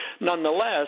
Nonetheless